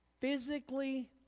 physically